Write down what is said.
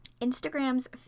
Instagram's